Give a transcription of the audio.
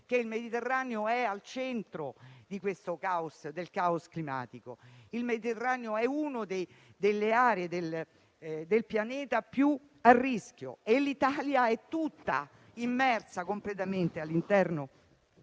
che il Mediterraneo è al centro del *caos* climatico ed è una delle aree del pianeta più a rischio. L'Italia è immersa completamente all'interno